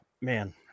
Man